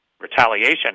Retaliation